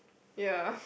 ya